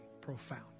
profound